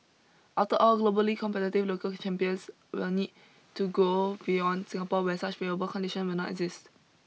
after all globally competitive local champions will need to grow beyond Singapore where such favourable condition will not exist